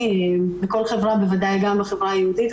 בכל חברה ובוודאי גם בחברה היהודית,